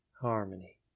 harmony